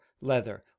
Leather